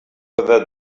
whether